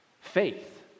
Faith